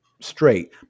straight